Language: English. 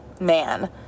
man